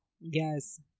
yes